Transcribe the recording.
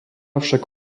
však